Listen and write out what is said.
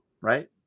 right